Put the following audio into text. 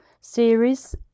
series